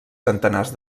centenars